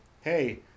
hey